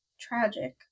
Tragic